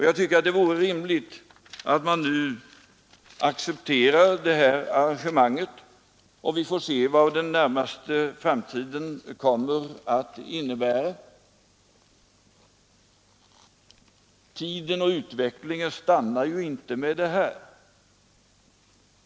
Jag tycker att det vore rimligt att man nu accepterar det här arrangemanget; vi får se vad den närmaste framtiden kommer att innebära. Tiden och utvecklingen stannar ju inte med det här.